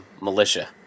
militia